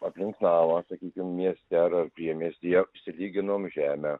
aplink namą sakykim mieste ar ar priemiestyje išsilyginom žemę